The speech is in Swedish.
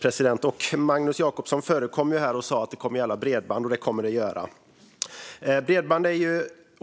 Nu blir det bredband, vänner!